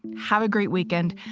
have a great weekend.